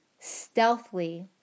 stealthily